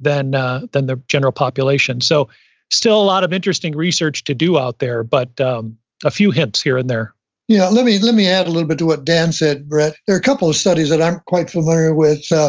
than the general population. so still a lot of interesting research to do out there, but um a few hints here and there yeah. let me let me add a little bit to what dan said, brett. there are a couple of studies that i'm quite familiar with.